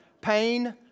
Pain